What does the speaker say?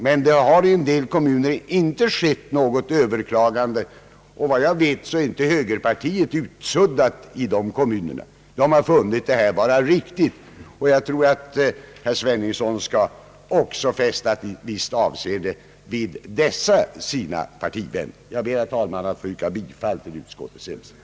Men i en del kommuner har det inte förekommit något överklagande, och såvitt jag vet är inte högerpartiet utsuddat i dessa kommuner. Man har funnit att beslutet var riktigt, och jag tror att herr Sveningsson också bör fästa ett visst avseende vid dessa sina partivänner. Jag ber, herr talman, att få yrka bifall till utskottets hemställan.